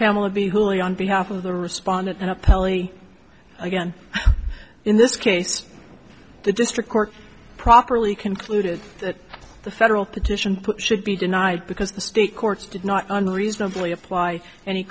pamela b hooly on behalf of the respondent and appellee again in this case the district court properly concluded that the federal petition put should be denied because the state courts did not unreasonably apply an